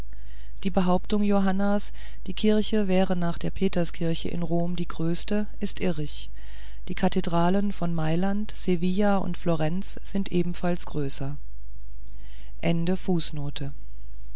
die behauptung johannas die kirche wäre nach der peterskirche in rom die größte ist irrig die kathedralen von mailand sevilla und florenz sind ebenfalls größer